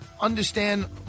understand